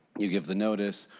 you give the notice,